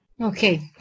Okay